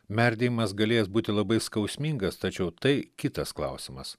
merdėjimas galėjęs būti labai skausmingas tačiau tai kitas klausimas